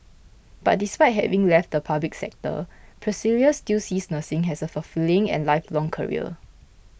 but despite having left the public sector Priscilla still sees nursing as a fulfilling and lifelong career